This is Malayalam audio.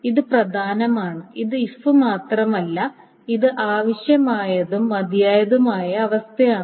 ഇത് പ്രധാനമാണ് ഇത് ഇഫ് മാത്രമല്ല ഇത് ആവശ്യമായതും മതിയായതുമായ അവസ്ഥയാണ്